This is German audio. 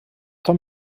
tom